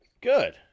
Good